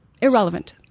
irrelevant